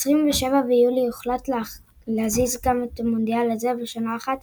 ב-27 ביולי הוחלט להזיז גם את המונדיאל הזה בשנה אחת,